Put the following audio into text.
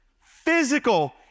physical